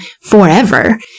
forever